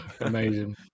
amazing